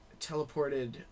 teleported